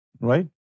Right